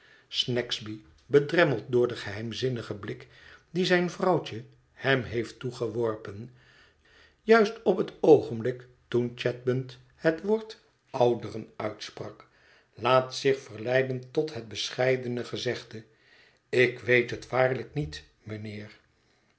bedremmeld door den geheimzinnigen blik dien zijn vrouwtje hem heeft toegeworpen juist op het oogenblik toen chadband het woord ouderen uitsprak laat zich verleiden tot het bescheidene gezegde ik weet het waarlijk niet mijnheer